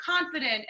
confident